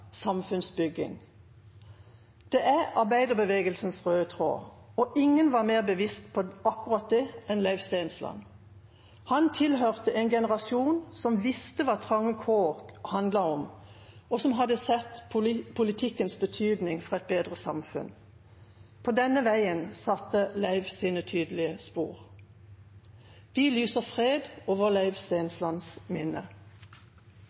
samfunnsbygging. Det er arbeiderbevegelsens røde tråd, og ingen var mer bevisst på akkurat det enn Leiv Stensland. Han tilhørte en generasjon som visste hva trange kår handlet om, og som hadde sett politikkens betydning for et bedre samfunn. På denne veien satte Leiv sine tydelige spor. Vi lyser fred over Leiv Stenslands minne.